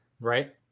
Right